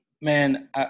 Man